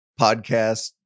podcast